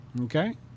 Okay